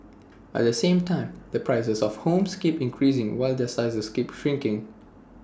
at the same time the prices of homes keep increasing while their sizes keep shrinking